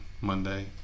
Monday